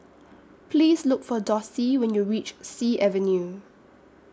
Please Look For Dossie when YOU REACH Sea Avenue